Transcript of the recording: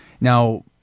Now